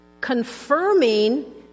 confirming